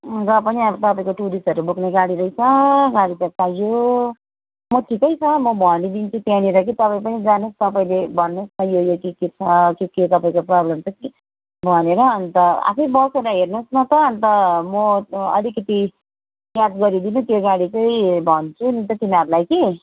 र पनि अब तपाईँको टुरिस्टहरू बोक्ने गाडी रहेछ गाडी त चाहियो म ठिकै छ म भनिदिन्छु त्यहाँनिर कि तपाईँ पनि जानुहोस् तपाईँले भन्नुहोस् न यो यो के के छ के के तपाईँको प्रब्लम छ भनेर अन्त आफै बसेर हेर्नुहोस् न त अन्त म अलिकति याद गरिदिनु त्यो गाडी चाहिँ भन्छु नि त तिनीहरूलाई कि